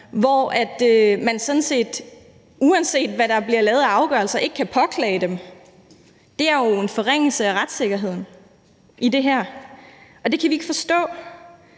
truffet af afgørelser, ikke kan påklage dem. Det er jo en forringelse af retssikkerheden i det her, og det kan vi ikke forstå.